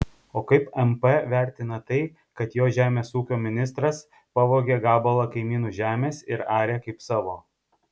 o kaip mp vertina tai kad jo žemės ūkio ministras pavogė gabalą kaimynų žemės ir arė kaip savo